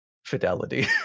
fidelity